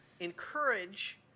encourage